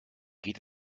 geht